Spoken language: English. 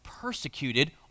persecuted